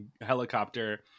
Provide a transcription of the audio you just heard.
helicopter